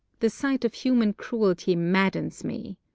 the sight of human cruelty maddens me.